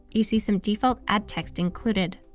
you see some default ad text included.